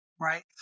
Right